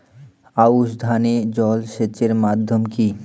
আউশ ধান এ জলসেচের মাধ্যম কি?